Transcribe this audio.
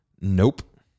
Nope